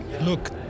look